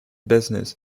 business